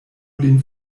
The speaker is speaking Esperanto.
lin